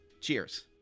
Cheers